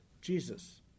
Jesus